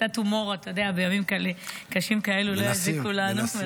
קצת הומור בימים קשים כאלה לא יזיקו לנו.